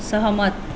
सहमत